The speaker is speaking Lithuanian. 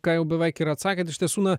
ką jau beveik ir atsakėt iš tiesų na